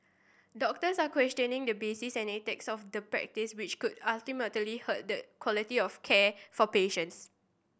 doctors are questioning the basis and ethics of the practice which could ultimately hurt the quality of care for patients